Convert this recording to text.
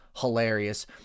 Hilarious